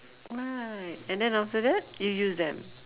right and then after that you use them